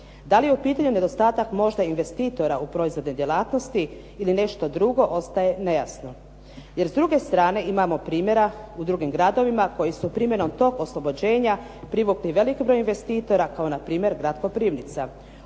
Da li je u pitanju nedostatak možda investitora u proizvodne djelatnosti ili nešto drugo ostaje nejasno. Jer s druge strane imamo primjera u drugim gradovima koji su primjenom tog oslobođenja privukli velik broj investitora kao npr. grad Koprivnica.